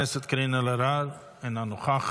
חברת הכנסת קארין אלהרר, אינה נוכחת,